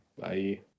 bye